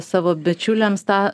savo bičiuliams tą